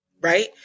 right